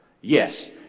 Yes